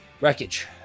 wreckage